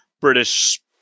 British